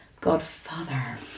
Godfather